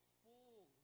full